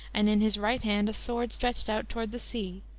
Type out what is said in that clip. and in his right hand a sword stretched out toward the sea,